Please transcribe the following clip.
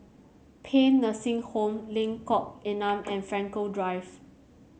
Paean Nursing Home Lengkok Enam and Frankel Drive